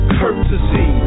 courtesy